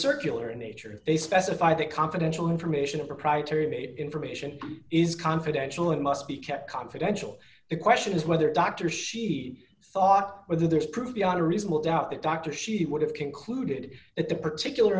circular nature they specify that confidential information proprietary information is confidential and must be kept confidential the question is whether a doctor she'd thought whether there's proof beyond a reasonable doubt the doctor she would have concluded that the particular